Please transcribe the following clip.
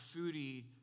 foodie